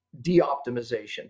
de-optimization